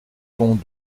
pont